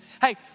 Hey